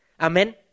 Amen